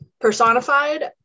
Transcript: personified